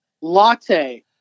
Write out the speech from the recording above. latte